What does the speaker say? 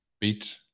beat